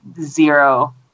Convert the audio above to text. zero